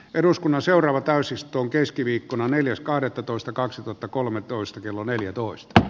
eduskunnan seuraava täysistun keskiviikkona neljäs kahdettatoista kaksituhattakolmetoista kello neljätoista